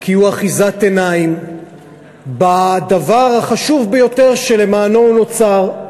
כי הוא אחיזת עיניים בדבר החשוב ביותר שלמענו הוא נוצר,